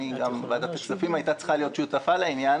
גם ועדת הכספים הייתה צריכה להיות שותפה לעניין